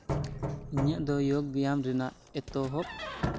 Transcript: ᱤᱧᱟᱹᱜ ᱫᱚ ᱡᱳᱜᱽ ᱵᱮᱭᱟᱢ ᱨᱮᱭᱟᱜ ᱮᱛᱚᱦᱚᱵ